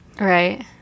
Right